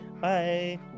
Bye